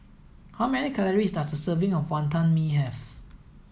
how many calories does a serving of Wonton Mee have